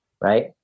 right